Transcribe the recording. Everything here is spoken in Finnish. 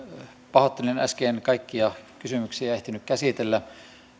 pahoittelen että äsken en kaikkia kysymyksiä ehtinyt käsitellä